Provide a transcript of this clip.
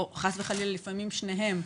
או חס וחלילה לפעמים שניהם,